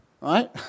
Right